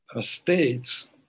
States